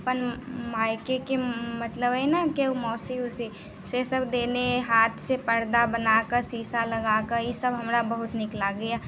अपन मायकेके मतलब हइ न किओ मौसी उसी सेसभ देने अइ हाथसँ पर्दा बना कऽ शीशा लगा कऽ ईसभ हमरा बहुत नीक लागैए